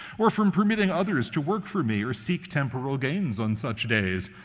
or from permitting others to work for me or seek temporal gains on such days.